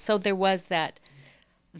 so there was that